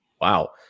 wow